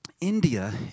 India